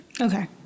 Okay